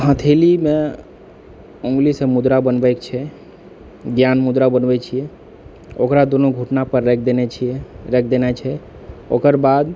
हथेलीमे ऊँगलीसँ मुद्रा बनबै छै ज्ञान मुद्रा बनबै छियै ओकरा दुनू घुटना पर राखि देने छै राखि देने छै ओकरबाद